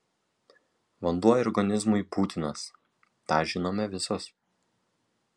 vanduo organizmui būtinas tą žinome visos